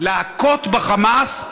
להכות בחמאס,